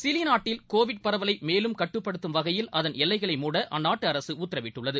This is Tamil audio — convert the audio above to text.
சிலிநாட்டில் கோவிட் பரவலைமேலும் கட்டுப்படுத்தும் வகையில் அதன் எல்லைகளை மூட அந்நாட்டுஅரசுஉத்தரவிட்டுள்ளது